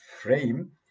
frame